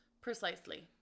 Precisely